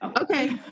Okay